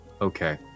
Okay